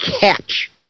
catch